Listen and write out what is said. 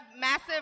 massive